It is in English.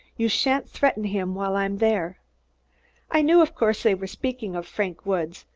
you shan't threaten him while i'm there i knew, of course, they were speaking of frank woods,